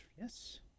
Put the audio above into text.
Yes